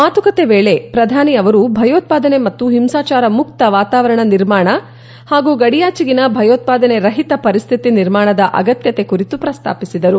ಮಾತುಕತೆ ವೇಳೆ ಶ್ರಧಾನಿ ಅವರು ಭಯೋತ್ಪಾದನೆ ಮತ್ತು ಹಿಂಸಾಚಾರಮುಕ್ತ ವಾತಾವರಣ ನಿರ್ಮಾಣ ಹಾಗೂ ಗಡಿಯಾಚೆಗಿನ ಭಯೋತ್ಪಾದನೆರಹಿತ ಪರಿಸ್ಥಿತಿ ನಿರ್ಮಾಣದ ಅಗತ್ಯತೆ ಕುರಿತು ಪ್ರಸ್ತಾಪಿಸಿದರು